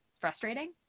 frustrating